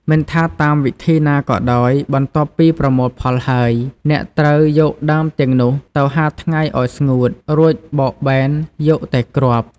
មិនថាតាមវិធីណាក៏ដោយ បន្ទាប់ពីប្រមូលផលហើយ អ្នកត្រូវយកដើមទាំងនោះទៅហាលថ្ងៃឲ្យស្ងួត រួចបោកបែនយកតែគ្រាប់។